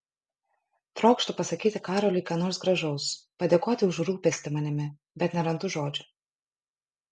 trokštu pasakyti karoliui ką nors gražaus padėkoti už rūpestį manimi bet nerandu žodžių